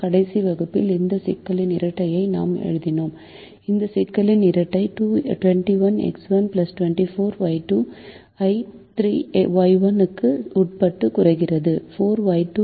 கடைசி வகுப்பில் இந்த சிக்கலின் இரட்டையை நாம் எழுதினோம் இந்த சிக்கலின் இரட்டை 21Y1 24Y2 ஐ 3Y1 க்கு உட்பட்டு குறைக்கிறது